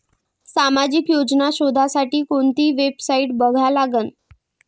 सामाजिक योजना शोधासाठी कोंती वेबसाईट बघा लागन?